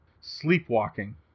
sleepwalking